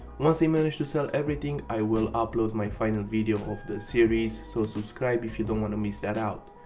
once i manage to sell everything i will upload my final video of the series so subscribe if you dont wanna miss that out.